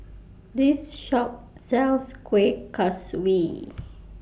This Shop sells Kueh Kaswi